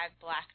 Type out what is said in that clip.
Black